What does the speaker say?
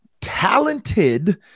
Talented